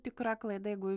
tikra klaida jeigu